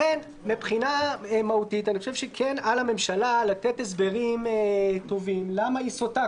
לכן מבחינה מהותית אני חושב שעל הממשלה לתת הסברים טובים למה היא סוטה,